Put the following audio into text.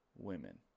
women